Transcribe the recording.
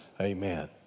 amen